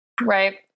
Right